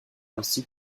ainsi